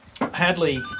Hadley